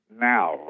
now